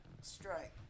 Strike